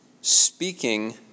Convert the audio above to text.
Speaking